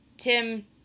Tim